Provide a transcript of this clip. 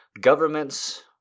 governments